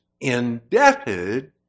indebted